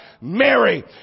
Mary